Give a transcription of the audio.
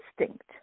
instinct